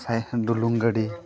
ᱰᱩᱞᱩᱝ ᱜᱟᱹᱰᱤ